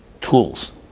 tools